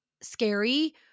scary